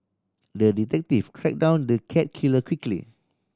the detective track down the cat killer quickly